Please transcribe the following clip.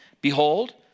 Behold